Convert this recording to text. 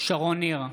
שרון ניר,